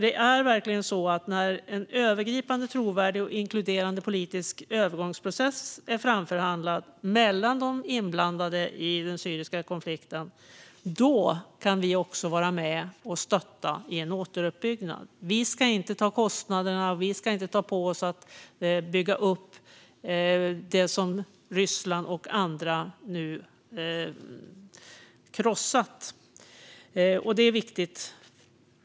Det är verkligen så: När en övergripande, trovärdig och inkluderande politisk övergångsprocess är framförhandlad mellan de inblandade i den syriska konflikten kan vi också vara med och stötta i en återuppbyggnad. Vi ska inte ta kostnaderna. Vi ska inte ta på oss att bygga upp det som Ryssland och andra nu krossat. Det är viktigt.